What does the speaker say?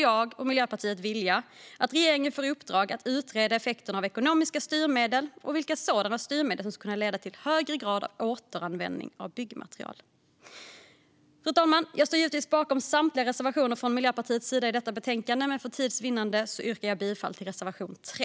Jag och Miljöpartiet vill också att regeringen ska få i uppdrag att utreda effekterna av ekonomiska styrmedel och vilka sådana styrmedel som skulle kunna leda till en högre grad av återanvändning av byggmaterial. Fru talman! Jag står givetvis bakom samtliga reservationer från Miljöpartiet i detta betänkande, men för tids vinnande yrkar jag bifall endast till reservation 3.